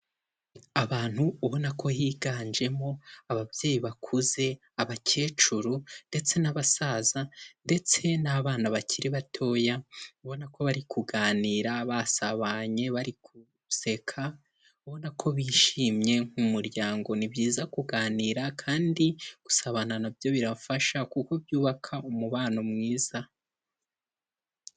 Abantu ubona ko higanjemo ababyeyi bakuze, abakecuru ndetse n'abasaza, ndetse n'abana bakiri batoya, ubona ko bari kuganira, basabanye, bari guseka, ubona ko bishimye nk'umuryango. Ni byiza kuganira kandi gusabana na byo birafasha kuko byubaka umubano mwiza.